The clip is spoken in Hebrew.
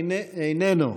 איננו,